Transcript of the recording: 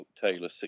taylor